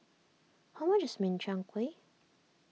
how much is Min Chiang Kueh